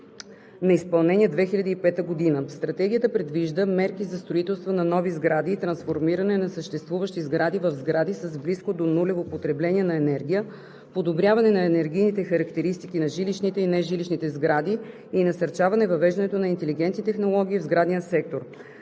на изпълнение 2050 г. Стратегията предвижда мерки за строителство на нови сгради и трансформиране на съществуващи сгради в сгради с близко до нулево потребление на енергия, подобряване на енергийните характеристики на жилищните и нежилищните сгради и насърчаване въвеждането на интелигентни технологии в сградния сектор.